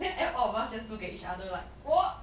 then then all of us just look at each other like what